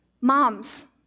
Moms